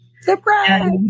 Surprise